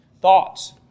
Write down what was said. Thoughts